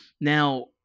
Now